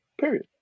Period